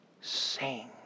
sing